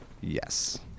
yes